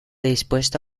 dispuesto